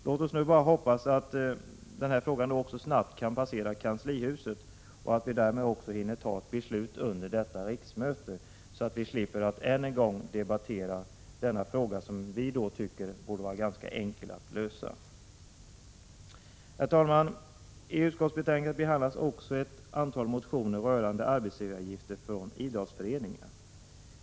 Låt oss bara hoppas att den också snabbt kan passera genom kanslihuset. Därmed hinner vi också fatta ett beslut under detta riksmöte, så att vi slipper att än en gång debattera denna fråga, som vi tycker borde vara ganska enkel att lösa. Herr talman! I utskottsbetänkandet behandlas också ett antal motioner rörande arbetsgivaravgifter från idrottsföreningar.